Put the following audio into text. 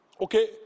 Okay